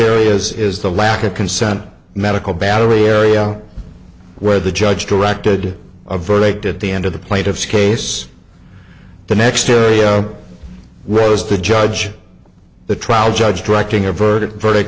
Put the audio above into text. areas is the lack of consent and medical battery area where the judge directed a verdict at the end of the plaintiff's case the next area well as the judge the trial judge directing a verdict verdict